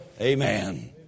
Amen